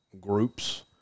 groups